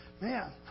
Man